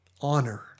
honor